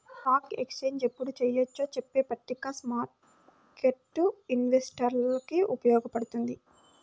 stock exchange ఎప్పుడు చెయ్యొచ్చో చెప్పే పట్టిక స్మార్కెట్టు ఇన్వెస్టర్లకి ఉపయోగపడుతుంది